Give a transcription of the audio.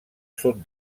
sud